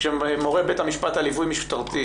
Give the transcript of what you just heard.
כשמורה בית המשפט על ליווי משטרתי